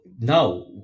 now